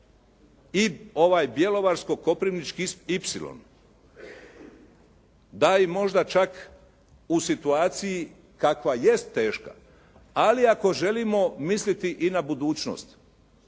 i ovaj Bjelovarsko-koprivnički ipsilon da i možda čak u situaciji kakva jest teška, ali ako želimo misliti i na budućnost